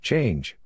Change